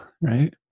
right